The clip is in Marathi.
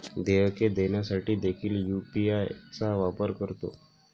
देयके देण्यासाठी देखील यू.पी.आय चा वापर करतो